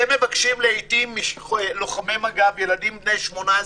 לעיתים אתם מבקשים מלוחמי מג"ב, ילדים בני 19-18,